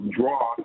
draw